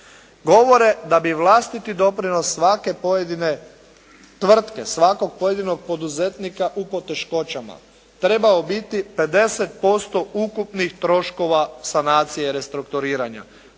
Govore da bi vlastiti doprinos svake pojedine tvrtke, svakog pojedinog poduzetnika u poteškoćama, trebao biti 50% ukupnih troškova sanacije i restrukturiranja.